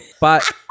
but-